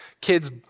kid's